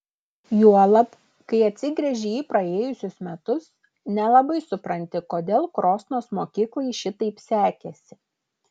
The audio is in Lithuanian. juolab kai atsigręži į praėjusius metus nelabai supranti kodėl krosnos mokyklai šitaip sekėsi